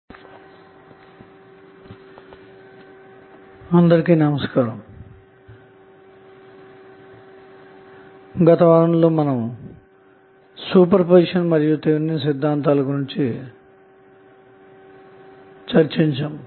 Norton సిద్ధాంతం నమస్కారం గత వారంలో మనం సూపర్పోజిషన్ మరియు థెవెనిన్ సిద్ధాంతాల గురించి చర్చించాము